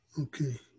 Okay